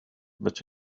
but